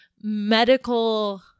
medical